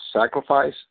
sacrifice